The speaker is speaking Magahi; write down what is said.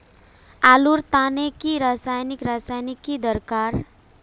आलूर तने की रासायनिक रासायनिक की दरकार?